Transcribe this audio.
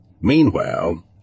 Meanwhile